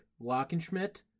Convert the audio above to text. Lockenschmidt